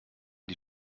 die